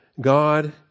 God